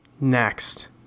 Next